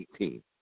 2018